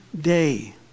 day